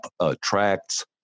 attracts